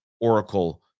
oracle